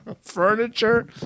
furniture